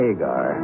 Agar